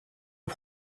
est